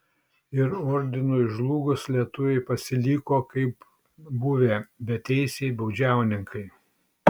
ir ordinui žlugus lietuviai pasiliko kaip buvę beteisiai baudžiauninkai